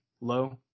low